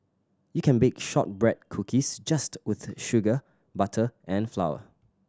you can bake shortbread cookies just with sugar butter and flour